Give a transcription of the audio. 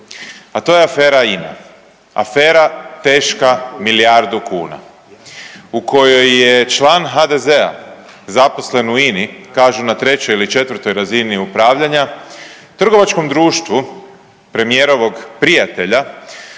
a to je afera INA. Afera teška milijardu kuna u kojoj je član HDZ-a zaposlen u INA-i, kažu na 3. ili 4. razini upravljanja, trgovačkom društvu premijerovog prijatelja